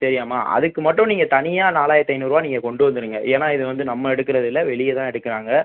சரியாம்மா அதுக்கு மட்டும் நீங்கள் தனியாக நாலாயிரத்தி ஐந்நூறுரூவா நீங்கள் கொண்டு வந்துடுங்க ஏன்னால் இது வந்து நம்ம எடுக்கிறது இல்லை வெளியே தான் எடுக்கிறாங்க